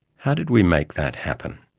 how did we make that happen?